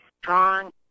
strong